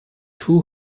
too